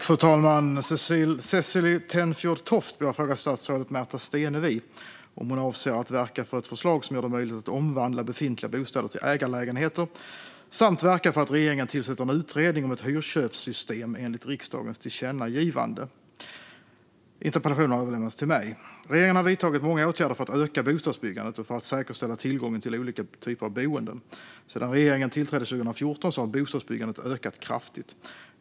Fru talman! Cecilie Tenfjord Toftby har frågat statsrådet Märta Stenevi om hon avser att verka för ett förslag som gör det möjligt att omvandla befintliga bostäder till ägarlägenheter samt verka för att regeringen tillsätter en utredning om ett hyrköpssystem enligt riksdagens tillkännagivande. Interpellationen har överlämnats till mig. Regeringen har vidtagit många åtgärder för att öka bostadsbyggandet och för att säkerställa tillgången till olika typer av boenden. Sedan regeringen tillträdde 2014 har bostadsbyggandet ökat kraftigt.